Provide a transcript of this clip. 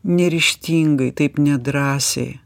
neryžtingai taip nedrąsiai